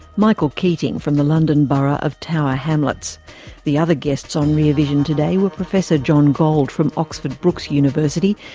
michael keating from the london borough of tower hamlets the other guests on rear vision today were professor john gold from oxford brookes university,